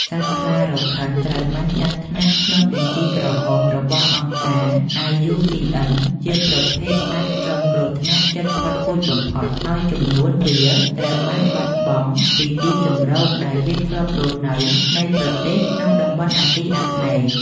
សត្វខ្លារខិនត្រូវបានចាត់ថ្នាក់ក្នុងបញ្ជីក្រហមរបស់អង្គការ IUCN ជាប្រភេទសត្វរងគ្រោះថ្នាក់ជិតផុតពូជបំផុត ហើយចំនួនវាត្រូវបានបាត់បង់ពីទីជម្រកដែលវាធ្លាប់រស់នៅនៃប្រទេសក្នុងតំបន់អាស៊ីអាគ្នេយ៍។